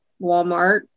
Walmart